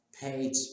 page